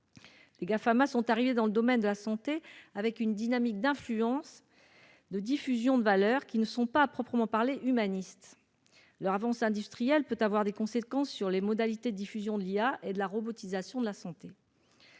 Les Gafama sont arrivés dans le domaine de la santé avec une dynamique d'influence et de diffusion de valeurs qui ne sont pas à proprement parler humanistes. Leur avance industrielle peut avoir des conséquences sur les modalités de diffusion de l'intelligence artificielle et